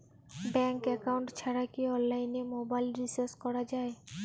Bank account ছাড়া কি অনলাইনে মোবাইল রিচার্জ করা যায়?